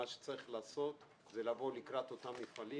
מה שצריך לעשות זה לבוא לקראת אותם מפעלים